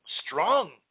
strong